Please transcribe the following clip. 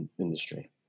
industry